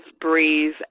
breathe